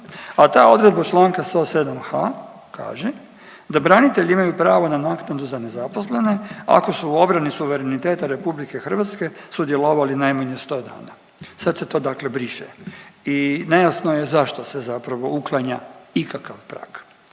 a ta odredba čl. 107.h. kaže da branitelji imaju pravo na naknadu za nezaposlene ako su u obrani suvereniteta RH sudjelovali najmanje 100 dana. Sad se to dakle briše i nejasno je zašto se zapravo uklanja ikakav prag.